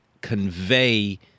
convey